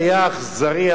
שהיה אכזרי,